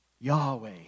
Yahweh